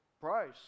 price